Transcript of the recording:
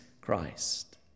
Christ